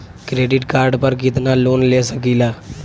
Credit card पर कितनालोन ले सकीला?